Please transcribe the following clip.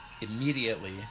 immediately